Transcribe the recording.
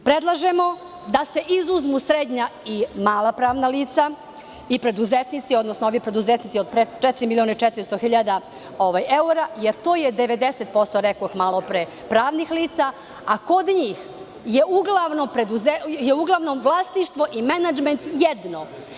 Predlažemo da se izuzmu srednja i mala pravna lica i preduzetnici, odnosno ovi preduzetnici od 4.400.000 eura jer to je 90%, rekoh malo pre, pravnih lica, a kod njih je u glavnom vlasništvo i menadžment jedno.